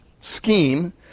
scheme